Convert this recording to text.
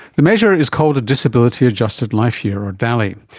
the measure is called a disability adjusted life year or daly.